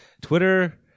twitter